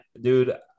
Dude